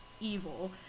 evil